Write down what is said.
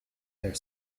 their